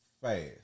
fast